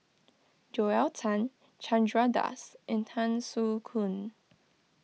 Joel Tan Chandra Das and Tan Soo Khoon